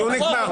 הדיון נגמר.